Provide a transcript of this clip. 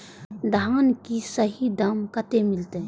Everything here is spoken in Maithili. धान की सही दाम कते मिलते?